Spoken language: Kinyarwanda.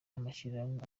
amashirahamwe